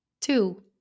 Two